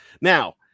now